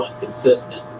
consistent